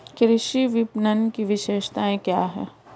कृषि विपणन की विशेषताएं क्या हैं?